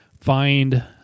find